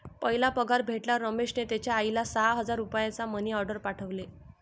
पहिला पगार भेटल्यावर रमेशने त्याचा आईला सहा हजार रुपयांचा मनी ओर्डेर पाठवले